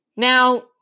Now